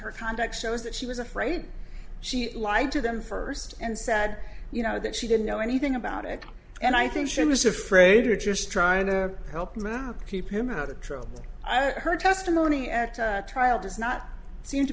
her conduct shows that she was afraid she lied to them first and said you know that she didn't know anything about it and i think she was afraid or just trying to help him out keep him out of trouble i heard testimony at trial does not seem to